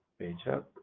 page up.